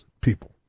people